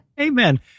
Amen